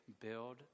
build